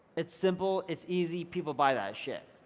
it's simple, it's easy. people buy that shit.